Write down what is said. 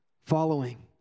following